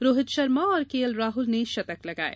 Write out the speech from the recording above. रोहित शर्मा और केएल राहुल ने शतक लगाये